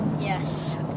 Yes